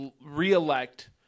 reelect